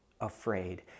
afraid